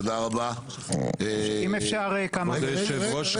כבוד היושב ראש,